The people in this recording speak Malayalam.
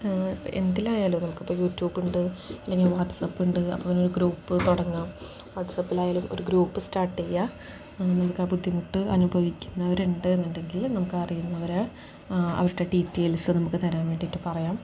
എന്തിലായാലും നമുക്കിപ്പം യൂട്യൂബുണ്ട് അല്ലെങ്കിൽ വാട്സപ്പുണ്ട് അപ്പം പിന്നെ ഒരു ഗ്രൂപ്പ് തുടങ്ങാം വാട്സപ്പിലായാലും ഒരു ഗ്രൂപ്പ് സ്റ്റാർട്ട് ചെയ്യുക നമുക്കാ ബുദ്ധിമുട്ട് അനുഭവിക്കുന്നവരുണ്ടെന്നുണ്ടെങ്കിൽ നമുക്കറിയുന്നവരെ അവരുടെ ഡീറ്റെയിൽസ് നമുക്കു തരാൻ വേണ്ടിയിട്ട് പറയാം